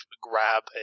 grab